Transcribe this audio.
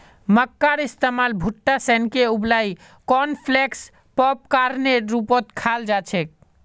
मक्कार इस्तमाल भुट्टा सेंके उबलई कॉर्नफलेक्स पॉपकार्नेर रूपत खाल जा छेक